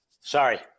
Sorry